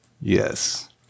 Yes